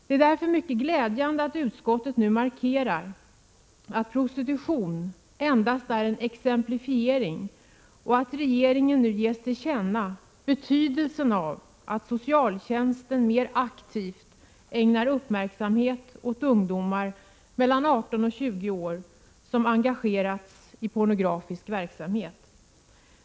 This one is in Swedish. Det är därför mycket glädjande att utskottet nu markerar att skrivningen i LVU om prostitution endast är en exemplifiering och att regeringen nu ges till känna betydelsen av att socialtjänsten mer aktivt ägnar uppmärksamhet åt ungdomar i åldern 18-20 år som engagerats i pornografisk verksamhet.